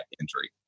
injury